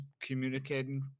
communicating